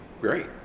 great